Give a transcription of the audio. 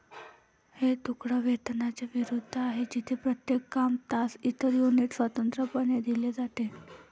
हे तुकडा वेतनाच्या विरुद्ध आहे, जेथे प्रत्येक काम, तास, इतर युनिट स्वतंत्रपणे दिले जाते